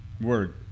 word